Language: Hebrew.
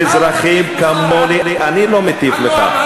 שהם אזרחים כמוני, אל תטיף מוסר, אני לא מטיף לך.